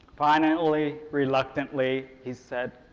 finally, reluctantly, he said,